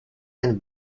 and